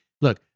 look